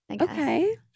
Okay